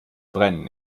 brennen